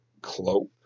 cloak